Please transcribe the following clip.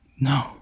No